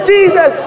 Jesus